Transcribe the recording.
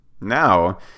now